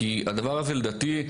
כי הדבר הזה לדעתי,